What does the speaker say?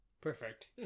Perfect